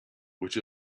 which